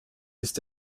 ist